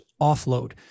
offload